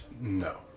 No